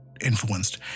influenced